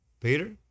Peter